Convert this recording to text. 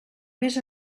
més